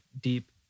deep